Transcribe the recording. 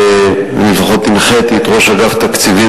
אני לפחות הנחיתי את ראש אגף תקציבים